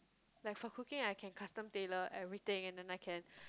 like for cooking I can custom tailor everything and then I can